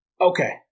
okay